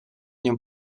nią